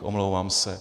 Omlouvám se.